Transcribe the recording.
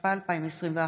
התשפ"א 2021,